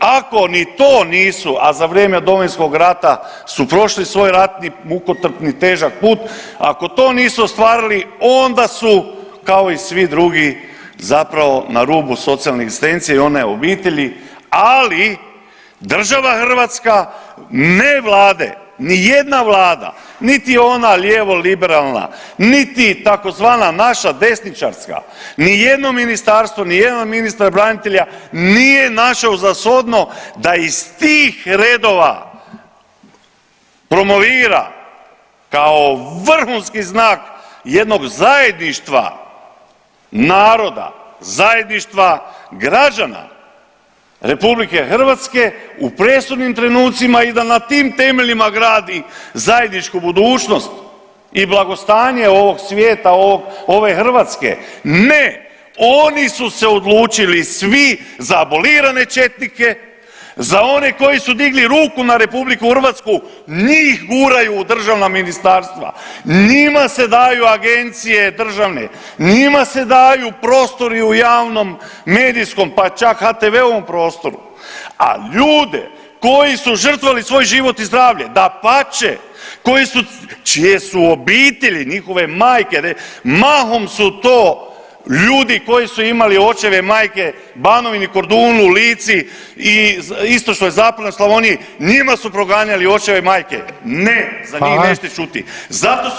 Ako ni to nisu, a za vrijeme Domovinskog rata su prošli svoj ratni mukotrpni težak put, ako to nisu ostvarili, onda su, kao i svi drugi, zapravo na rubu socijalne egzistencije i one obitelji, ali država Hrvatska, ne vlade, nijedna vlada, niti ona lijevo-liberalna, niti tzv. naša desničarska, nijedno ministarstvo, nijedan ministar branitelja nije našao za shodno da iz tih redova promovira kao vrhunski znak jednog zajedništva naroda, zajedništva građana RH u presudnim trenucima i da na tim temeljima gradi zajedničku budućnost i blagostanje svijeta, ove Hrvatske, ne oni su se odlučili svi za abolirane četnike, za one koji su digli ruku na RH njih guraju u državna ministarstva, njima se daju agencije državne, njima se daju prostori u javnom medijskom pa čak HT-veovom prostoru, a ljude koji su žrtvovali svoj život i zdravlje, dapače koji su, čije su obitelji, njihove majke, mahom su to ljudi koji su imali očeve i majke Banovini, Kordunu, Lici i istočnoj i zapadnoj Slavoniji njima su proganjali očeve i majke, ne za njih nećete [[Upadica: Hvala.]] čuti zato su